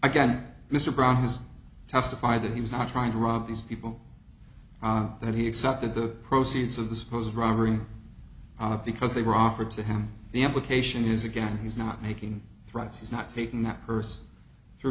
again mr brown has testified that he was not trying to rob these people that he accepted the proceeds of the supposed robbery because they were offered to him the implication is again he's not making threats he's not taking that person through